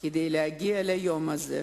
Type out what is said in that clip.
כדי להגיע ליום הזה,